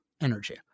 energy